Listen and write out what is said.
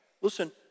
Listen